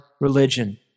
religion